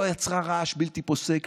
היא לא יצרה רעש בלתי פוסק.